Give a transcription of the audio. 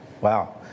Wow